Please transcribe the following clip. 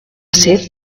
ser